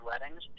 weddings